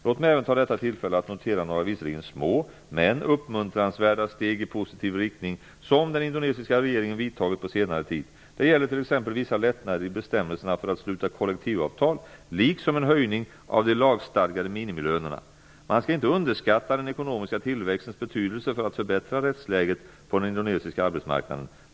Låt mig även begagna detta tillfälle till att notera några visserligen små men uppmuntransvärda steg i positiv riktning som den indonesiska regeringen vidtagit på senare tid. Det gäller t.ex. vissa lättnader i bestämmelserna för att sluta kollektivavtal liksom en höjning av de lagstadgade minimilönerna. Man skall inte underskatta den ekonomiska tillväxtens betydelse för att förbättra rättsläget på den indonesiska arbetsmarknaden.